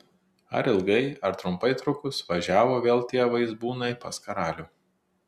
ar ilgai ar trumpai trukus važiavo vėl tie vaizbūnai pas karalių